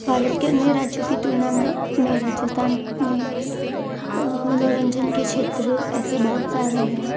भारत के अन्य राज्यों की तुलना में राजस्थान में मनोरंजन के क्षेत्र ऐसे बहुत सारे हैं